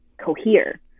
cohere